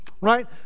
right